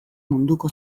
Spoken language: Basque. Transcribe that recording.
munduko